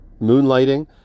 Moonlighting